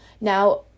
Now